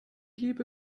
liebe